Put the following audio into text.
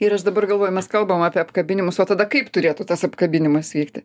ir aš dabar galvoju mes kalbam apie apkabinimus o tada kaip turėtų tas apkabinimas vykti